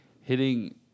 hitting